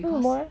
为什么 leh